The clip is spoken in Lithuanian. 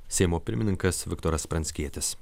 seimo pirmininkas viktoras pranckietis